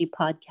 Podcast